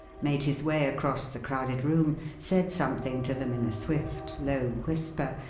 made his way across the crowded room, said something to them in a swift, low whisper,